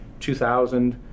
2000